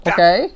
Okay